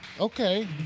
Okay